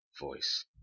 voice